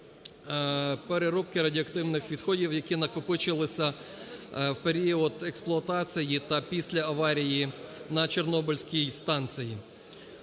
переробки радіоактивних відходів, які накопичилися в період експлуатації та після аварії на Чорнобильській станції.